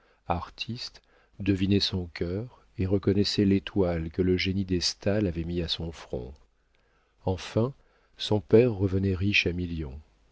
artiste devinait son cœur et reconnaissait l'étoile que le génie des staël avait mise à son front enfin son père revenait riche à millions